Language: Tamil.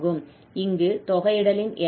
இங்கு தொகையிடலின் எல்லை 0 முதல் ∞ வரை ஆகும்